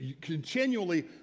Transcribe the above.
continually